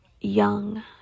young